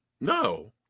No